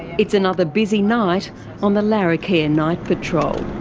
it's another busy night on the larrakia night patrol.